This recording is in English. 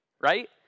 Right